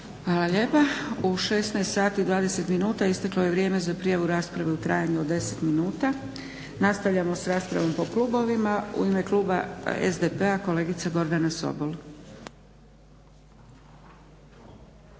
Hvala lijepa. U 16,20 minuta isteklo je vrijeme za prijavu rasprave u trajanju od 10 minuta. Nastavljamo s raspravom po klubovima. U ime kluba SDP-a kolegica Gordana Sobol.